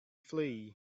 flee